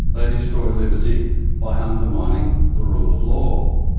they destroy liberty by undermining the rule of law.